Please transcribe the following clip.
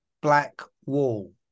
Blackwall